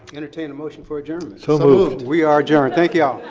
entertain and motion for adjournment. so moved. we are adjourned. thank you all.